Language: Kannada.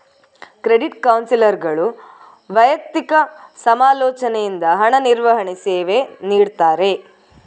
ಕ್ರೆಡಿಟ್ ಕೌನ್ಸಿಲರ್ಗಳು ವೈಯಕ್ತಿಕ ಸಮಾಲೋಚನೆಯಿಂದ ಹಣ ನಿರ್ವಹಣೆ ಸೇವೆ ನೀಡ್ತಾರೆ